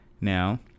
Now